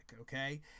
okay